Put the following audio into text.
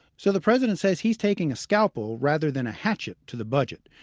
so the president says he's taking a scalpel rather than a hatchet to the budget.